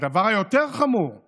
והדבר היותר-חמור הוא